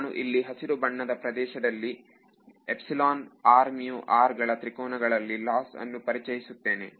ನಾನು ಇಲ್ಲಿ ಹಸಿರು ಬಣ್ಣದಪ್ರದೇಶದಲ್ಲಿ ನಾನು ಎಪ್ಸಿಲೋನ್ r mu r ಗಳ ತ್ರಿಕೋನಗಳಲ್ಲಿ ಲಾಸ್ ಅನ್ನು ಪರಿಚಯಿಸುತ್ತೇನೆ